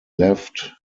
left